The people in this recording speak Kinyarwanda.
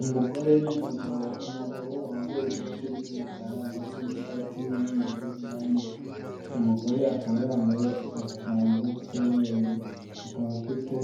Umugore n'umugabo umugabo wambaye ikoti ry'umukara ndetse n'ishati y'mweru na ne. Umugore akaba yambaye agakanzu k'umweru, akaba afite